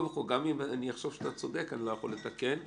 אם אני אחשוב שאתה צודק אני לא יכול לתקן.